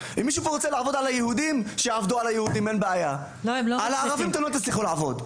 תעבדו על היהודים אין בעיה על הערבים אתם לא תצליחו לעבוד.